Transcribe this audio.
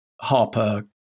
Harper